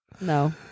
no